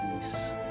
peace